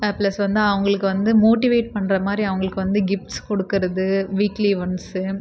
plus வந்து அவர்களுக்கு வந்து மோட்டிவேட் பண்ணுற மாதிரி அவர்களுக்கு வந்து கிஃப்ட்ஸ் கொடுக்குறது வீக்லி ஒன்ஸ்ஸு